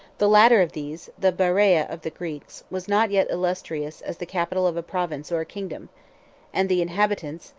the latter of these, the beraea of the greeks, was not yet illustrious as the capital of a province or a kingdom and the inhabitants,